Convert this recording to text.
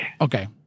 Okay